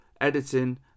editing